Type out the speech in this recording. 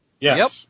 Yes